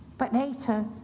but later,